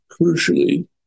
crucially